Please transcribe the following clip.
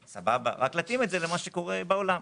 סבבה, רק להתאים את זה למה שקורה בעולם.